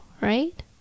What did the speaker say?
right